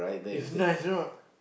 it's nice you know